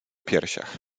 piersiach